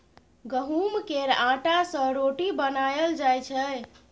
गहुँम केर आँटा सँ रोटी बनाएल जाइ छै